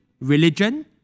religion